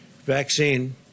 vaccine